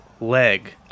leg